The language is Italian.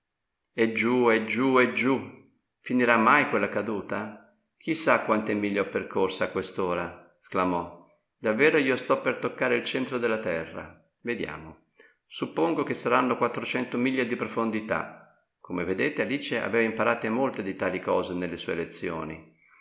la verità e giù e giù e giù finirà mai quella caduta chi sa quante miglia ho percorse a quest'ora sclamò davvero io stò per toccare il centro della terra vediamo suppongo che saranno quattrocento miglia di profondità come vedete alice aveva imparate molte di tali cose nelle sue lezioni